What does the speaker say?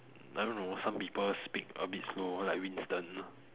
I don't know some people speak a bit slow like Winston